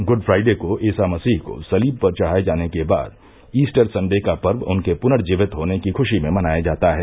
good Friday को ईसा मसीह को सलीब पर चढ़ाये जाने के बाद ईस्टर संडे का पर्व उनके पुनर्जीवित होने की खुशी में मनाया जाता है